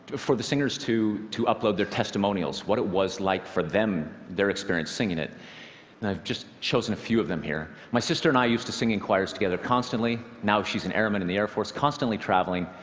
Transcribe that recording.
for the singers to to upload their testimonials, what it was like for them, their experience singing it. and i've just chosen a few of them here. my sister and i used to sing in choirs together constantly. now she's an airman in the air force constantly traveling.